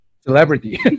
celebrity